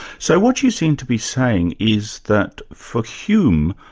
so what you seem to be saying is that for hume,